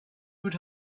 would